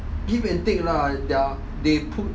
give and take lah ya they put